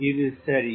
இது சரியே